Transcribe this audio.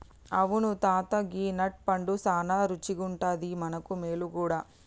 అవును తాత గీ నట్ పండు సానా రుచిగుండాది మనకు మేలు గూడా